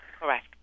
Correct